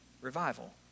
revival